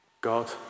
God